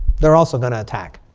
they're also going to attack.